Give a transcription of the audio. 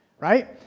right